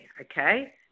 okay